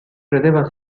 credeva